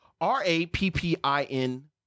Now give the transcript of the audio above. R-A-P-P-I-N